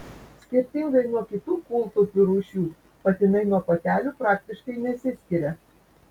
skirtingai nuo kitų kūltupių rūšių patinai nuo patelių praktiškai nesiskiria